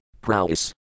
prowess